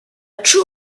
true